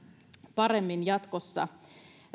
paremmin jatkossa